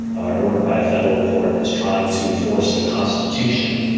an order by a federal court that's trying to enforce the constitution.